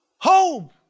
Hope